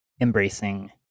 embracing